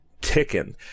ticking